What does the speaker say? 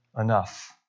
enough